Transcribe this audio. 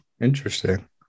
Interesting